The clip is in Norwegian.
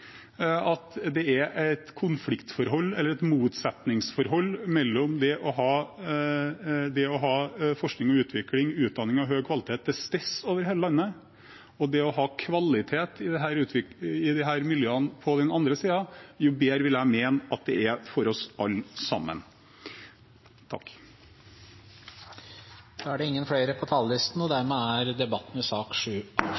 at det er et motsetningsforhold mellom det å ha forskning og utvikling og utdanning av høy kvalitet til stede over hele landet, og det å ha kvalitet i disse miljøene på den andre siden, jo bedre vil jeg mene at det er for oss alle sammen. Debatten i sak nr. 7 er avsluttet. Senterpartiet og Arbeiderpartiet har varslet en ny retning i distriktspolitikken, og